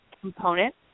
component